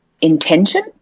intention